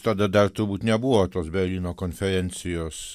tada dar turbūt nebuvo tos berlyno konferencijos